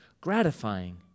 gratifying